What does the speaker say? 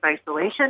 isolation